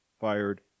fired